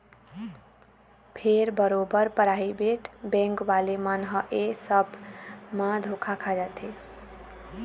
फेर बरोबर private bank वाले मन ह ऐ सब म धोखा खा जाथे